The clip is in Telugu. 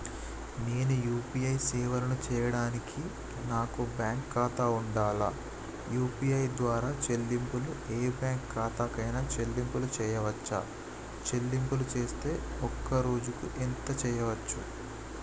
నేను యూ.పీ.ఐ సేవలను చేయడానికి నాకు బ్యాంక్ ఖాతా ఉండాలా? యూ.పీ.ఐ ద్వారా చెల్లింపులు ఏ బ్యాంక్ ఖాతా కైనా చెల్లింపులు చేయవచ్చా? చెల్లింపులు చేస్తే ఒక్క రోజుకు ఎంత చేయవచ్చు?